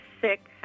sick